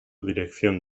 dirección